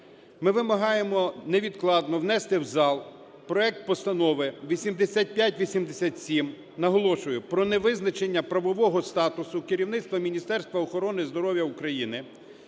Ми вимагаємо невідкладно внести в зал проект Постанови 8587 (наголошую) проневизначення правового статусу керівництва Міністерства охорони здоров'я України,